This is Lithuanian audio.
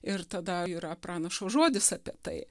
ir tada yra pranašo žodis apie tai